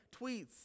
tweets